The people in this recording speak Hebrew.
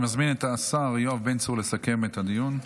אני מזמין את השר יואב בן צור לסכם את הדיון.